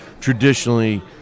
traditionally